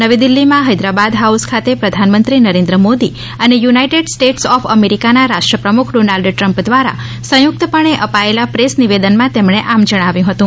નવી દિલ્લી માં હૈદરાબાદ હાઉસ ખાતે પ્રધાનમંત્રી નરેન્દ્ર મોદી અને યુનાઇટેડ સ્ટેટ્સ ઓફ અમેરિકાના રાષ્ટ્ર પ્રમુખ ડોનાલ્ડ ટ્રમ્પ દ્વારા સંયુક્તપણે અપાયેલા પ્રેસ નિવેદનમાં તેમણે આમ જણાવ્યુ હતું